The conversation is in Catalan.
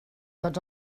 tots